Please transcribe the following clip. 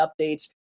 updates